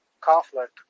Conflict